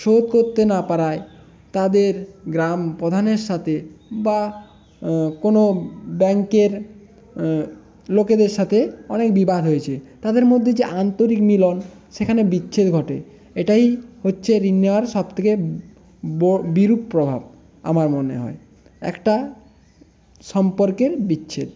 শোধ করতে না পারায় তাদের গ্রাম প্রধানের সাথে বা কোনো ব্যাংকের লোকেদের সাথে অনেক বিবাদ হয়েছে তাদের মধ্যে যে আন্তরিক মিলন সেখানে বিচ্ছেদ ঘটে এটাই হচ্ছে ঋণ নেওয়ার সব থেকে বিরূপ প্রভাব আমার মনে হয় একটা সম্পর্কের বিচ্ছেদ